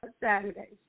saturday